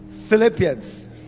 Philippians